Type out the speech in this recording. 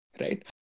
right